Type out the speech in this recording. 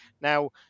Now